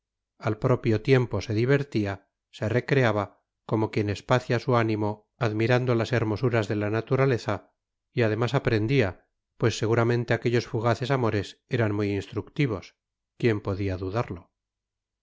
al propio tiempo se divertía se recreaba como quien espacia su ánimo admirando las hermosuras de la naturaleza y además aprendía pues seguramente aquellos fugaces amores eran muy instructivos quién podía dudarlo